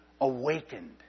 awakened